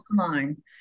online